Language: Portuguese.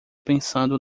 pensando